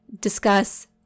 discuss